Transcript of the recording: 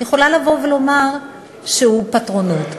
את יכולה לבוא ולומר שהוא נוהג בפטרונות.